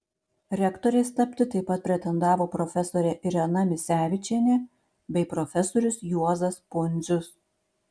rektoriais tapti taip pat pretendavo profesorė irena misevičienė bei profesorius juozas pundzius